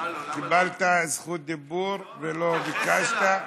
קיבלת זכות דיבור ולא ביקשת.